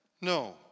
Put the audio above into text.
No